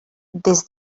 des